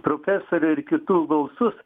profesorių ir kitų balsus